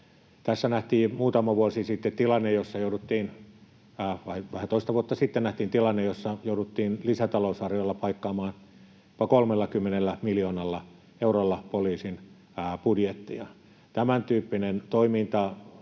vähän toista vuotta sitten, tilanne, jossa jouduttiin lisätalousarviolla paikkaamaan jopa 30 miljoonalla eurolla poliisin budjettia. Tämäntyyppinen toiminta